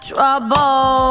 Trouble